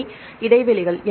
அவை இடைவெளிகள்